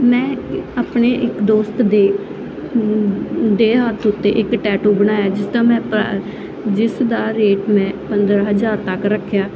ਮੈਂ ਆਪਣੇ ਇੱਕ ਦੋਸਤ ਦੇ ਦੇ ਹੱਥ ਉੱਤੇ ਇੱਕ ਟੈਟੂ ਬਣਾਇਆ ਜਿਸਦਾ ਮੈਂ ਪ ਜਿਸ ਦਾ ਰੇਟ ਮੈਂ ਪੰਦਰ੍ਹਾਂ ਹਜ਼ਾਰ ਤੱਕ ਰੱਖਿਆ